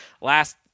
last